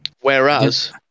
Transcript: Whereas